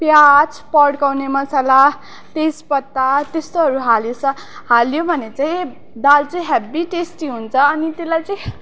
प्याज पडकाउने मसाला तेज पत्ता त्यस्तोहरू हालेछ हाल्यो भने चाहिँ दाल चाहिँ हेब्बी टेस्टी हुन्छ अनि त्यसलाई चाहिँ